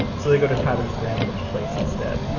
so they go to tyler's grandmother's place instead.